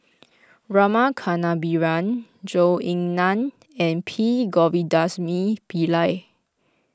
Rama Kannabiran Zhou Ying Nan and P Govindasamy Pillai